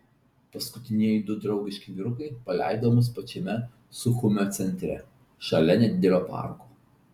paskutinieji du draugiški vyrukai paleido mus pačiame suchumio centre šalia nedidelio parko